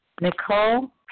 Nicole